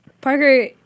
Parker